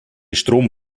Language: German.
strom